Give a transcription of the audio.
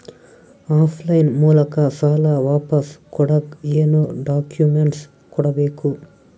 Of line ಮೂಲಕ ಸಾಲ ವಾಪಸ್ ಕೊಡಕ್ ಏನು ಡಾಕ್ಯೂಮೆಂಟ್ಸ್ ಕೊಡಬೇಕು?